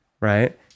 right